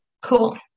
cool